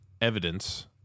evidence